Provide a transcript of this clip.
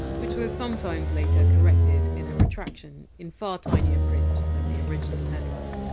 which were sometimes later corrected in a retraction in far tinier print than the original headline